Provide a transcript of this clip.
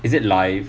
is it live